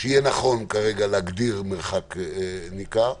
שיהיה נכון כרגע להגדיר מרחק ניכר,